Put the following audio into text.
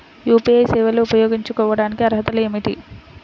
UPI సేవలు ఉపయోగించుకోటానికి అర్హతలు ఏమిటీ?